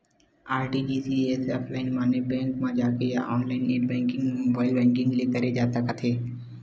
RTGS ह offline माने bank म जाके या ऑनलाईन नेट बेंकिंग या मोबाईल बेंकिंग ले करे जा सकत हे